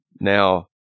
now